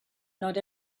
not